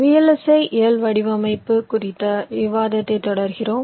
ஐ இயல் வடிவமைப்பு குறித்த விவாதத்தைத் தொடர்கிறோம்